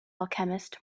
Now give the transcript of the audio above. alchemist